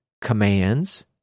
commands